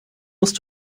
musst